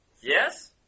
Yes